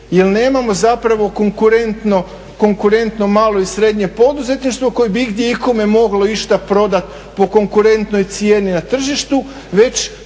jer nemamo zapravo konkurentno, konkurentno malo i srednje poduzetništvo koje bi igdje ikome moglo išta prodati po konkurentnoj cijeni na tržištu već